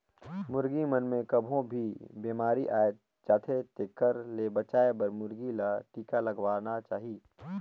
मुरगी मन मे कभों भी बेमारी आय जाथे तेखर ले बचाये बर मुरगी ल टिका लगवाना चाही